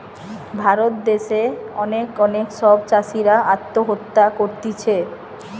ভারত দ্যাশে অনেক অনেক সব চাষীরা আত্মহত্যা করতিছে